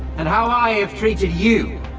and how i have treated you.